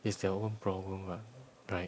it's their own problem what right